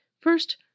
First